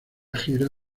gira